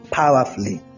powerfully